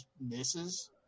misses